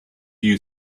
you